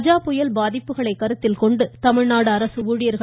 கஜா புயல் பாதிப்புகளை கருத்தில் கொண்டு தமிழ்நாடு அரசு ஊழியர்கள்